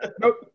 Nope